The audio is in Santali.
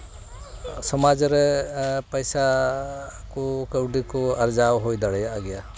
ᱥᱚᱢᱟᱡᱽ ᱨᱮ ᱯᱚᱭᱥᱟ ᱠᱚ ᱠᱟᱹᱣᱰᱤ ᱠᱚ ᱟᱨᱡᱟᱣ ᱦᱩᱭ ᱫᱟᱲᱮᱭᱟᱜ ᱜᱮᱭᱟ